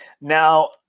Now